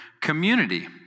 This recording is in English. community